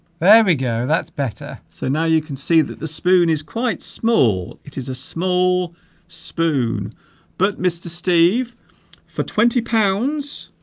there we go that's better so now you can see that the spoon is quite small it is a small spoon but mr. steve for twenty pounds